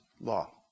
law